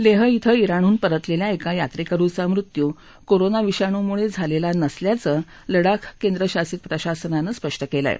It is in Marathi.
लेह इथं इराणहून परतलेल्या एका यात्रेकरुचा मृत्यू कोरोना विषाणूमुळे झालेला नसल्याचं लडाख केंद्रशासित प्रशासनानं स्पष्ट केलं आहे